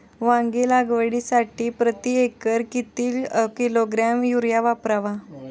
वांगी लागवडीसाठी प्रती एकर किती किलोग्रॅम युरिया वापरावा?